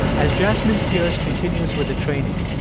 as jasmine pierce continues with the training,